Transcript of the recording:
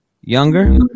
younger